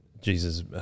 Jesus